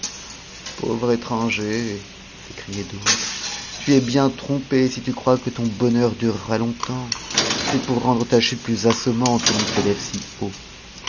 pauvre étranger s'écriaient d'autres tu es bien trompé si tu crois que ton bonheur dur a longtemps c'est pour rendre ta chute plus assommante que l'on t c'c si haut